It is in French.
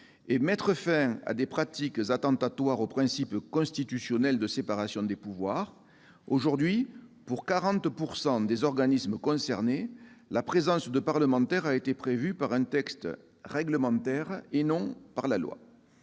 et mettre fin à des pratiques attentatoires au principe constitutionnel de séparation des pouvoirs. En effet, aujourd'hui, dans 40 % des organismes concernés, la présence de parlementaires a été prévue par un texte réglementaire, et non par la loi.